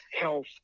health